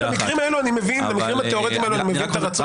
במקרים התאורטיים האלה אני מבין את הרצון להגיש תביעה.